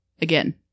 Again